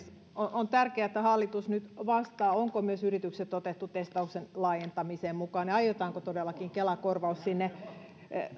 on tärkeää että hallitus nyt vastaa onko myös yritykset otettu testauksen laajentamiseen mukaan ja aiotaanko todellakin kela korvaus sinne